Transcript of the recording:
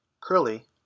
Curly